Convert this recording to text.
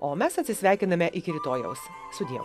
o mes atsisveikiname iki rytojaus sudieu